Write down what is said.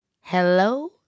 Hello